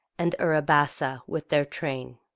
and uribassa, with their train.